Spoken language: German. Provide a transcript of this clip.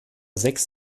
sechs